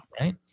Right